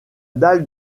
dalle